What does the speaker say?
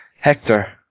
hector